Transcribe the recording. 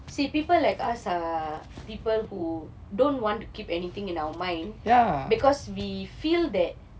see people like us are people who don't want to keep anything in our mind because we feel that